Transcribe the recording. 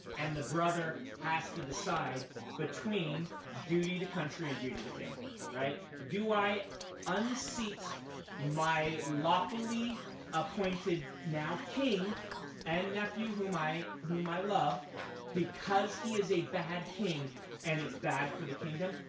and the brother has to decide between duty to country and duty to family. do i unseat my lawfully appointed now king and nephew whom i whom i love because he is a bad king and is bad for the kingdom?